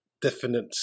definite